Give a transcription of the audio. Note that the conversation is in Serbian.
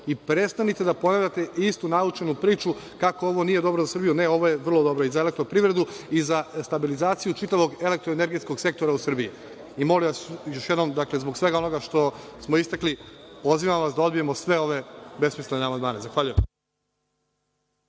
i prestanite da ponavljate istu naučenu priču kako ovo nije dobro za Srbiju. Ne, ovo je vrlo dobro i za EPS i za stabilizaciju čitavog elektroenergetskog sektora u Srbiji. Molim vas još jednom, zbog svega onoga što smo istakli, pozivam vas da odbijemo sve ove besmislene amandmane. Zahvaljujem.